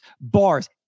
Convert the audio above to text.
bars